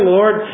Lord